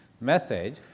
message